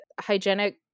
hygienic